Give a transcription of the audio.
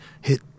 hit